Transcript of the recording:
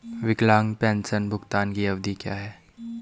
विकलांग पेंशन भुगतान की अवधि क्या है?